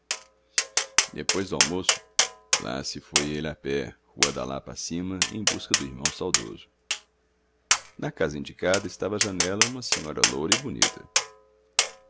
depois do almoço lá se foi ele a pé rua da lapa acima em busca do irmão saudoso na casa indicada estava à janela uma senhora loura e bonita